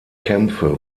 kämpfe